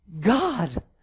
God